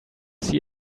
see